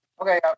Okay